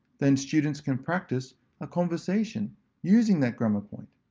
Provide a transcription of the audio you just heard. then students can practice a conversation using that grammar point.